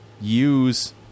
use